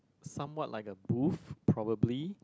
somewhat like a booth probably